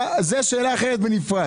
זו שאלה אחרת בנפרד.